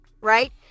right